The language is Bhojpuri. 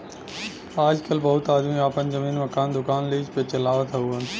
आजकल बहुत आदमी आपन जमीन, मकान, दुकान लीज पे चलावत हउअन